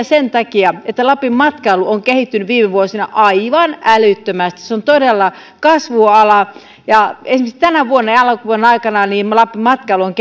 sen takia että lapin matkailu on kehittynyt viime vuosina aivan älyttömästi se on todella kasvuala ja esimerkiksi tänä vuonna ja alkuvuoden aikana lapin matkailu on